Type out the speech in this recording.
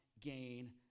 gain